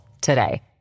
today